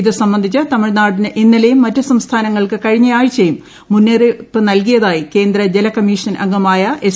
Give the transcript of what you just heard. ഇതുസംബന്ധിച്ച് തമിഴ്നാടിന് ഇന്നല്ലീയും മറ്റ് സംസ്ഥാനങ്ങൾക്ക് കഴിഞ്ഞ ആഴ്ചയും മുന്നറിയിപ്പ് ഗ്രി്ട്കിയ്തായി കേന്ദ്ര ജല കമ്മിഷൻ അംഗമായ എസ്